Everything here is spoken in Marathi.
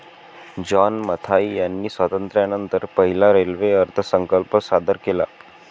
जॉन मथाई यांनी स्वातंत्र्यानंतर पहिला रेल्वे अर्थसंकल्प सादर केला